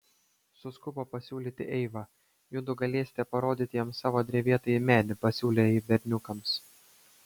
suskubo pasiūlyti eiva judu galėsite parodyti jam savo drevėtąjį medį pasiūlė ji berniukams